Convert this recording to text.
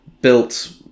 built